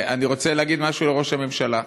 אני רוצה להגיד משהו לראש הממשלה.